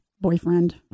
boyfriend